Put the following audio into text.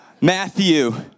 Matthew